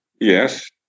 Yes